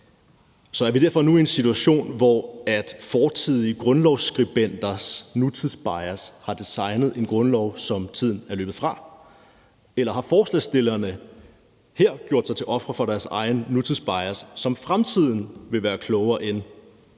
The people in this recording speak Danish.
Er vi derfor nu i en situation, hvor fortidige grundlovsskribenters bias dengang har designet en grundlov, som tiden er løbet fra, eller har forslagsstillerne her gjort sig til ofre for deres egen nutidsbias, som fremtiden vil være klogere end?